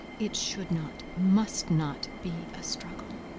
it should not, must not be a struggle.